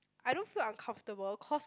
I don't feel uncomfortable cause